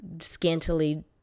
scantily